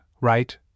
right